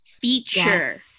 feature